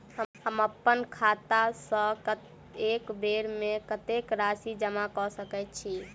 हम अप्पन खाता सँ एक बेर मे कत्तेक राशि जमा कऽ सकैत छी?